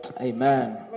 Amen